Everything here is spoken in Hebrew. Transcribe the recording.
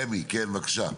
רמ"י, בבקשה.